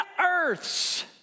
earths